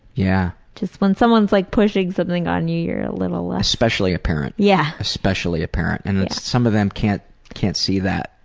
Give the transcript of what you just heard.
yeah just when someone's like pushing something on you, you're a little less paul especially a parent yeah especially a parent and some of them can't can't see that.